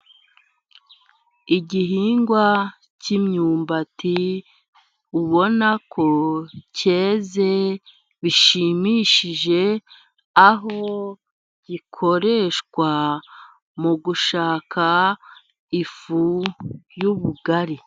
Igihingwa cy'imyumbati ubona ko cyeze bishimishije, aho gikoreshwa mu gushaka ifu y'ubugari.